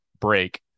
break